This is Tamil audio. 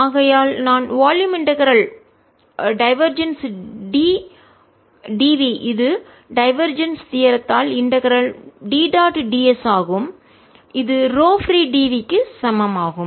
ஆகையால் நான் வால்யூம் இன்டகரல்தொகுதி ஒருங்கிணைப்பை டைவர்ஜன்ஸ் D dvஇது டைவர்ஜன்ஸ் தியரம்த்தால் தேற்றத்தால் இன்டகரல் D டாட் ds ஆகும்இது ரோ பிரீdv க்கு சமம் ஆகும்